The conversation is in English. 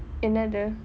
என்னது:ennathu